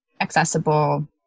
accessible